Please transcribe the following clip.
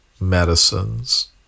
medicines